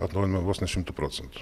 atnaujiname vos ne šimtu procentų